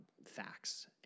facts